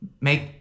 make